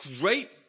great